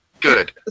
Good